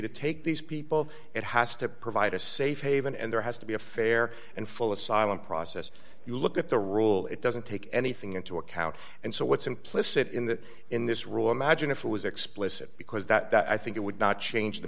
to take these people it has to provide a safe haven and there has to be a fair and full asylum process you look at the rule it doesn't take anything into account and so what's implicit in that in this rule imagine if it was explicit because that i think it would not change the